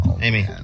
Amy